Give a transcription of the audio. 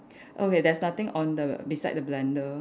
okay there's nothing on the beside the blender